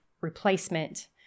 replacement